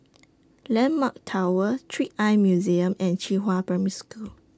Landmark Tower Trick Eye Museum and Qihua Primary School